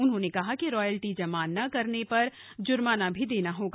उन्होंने कहा कि रॉयल्टी जमा न करने पर जुर्माना भी देना होगा